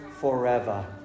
forever